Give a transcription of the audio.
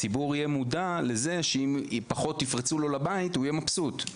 הציבור יהיה מודע לזה בכך שאם פחות יפרצו לו לבית אז הוא יהיה מבסוט.